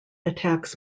attacks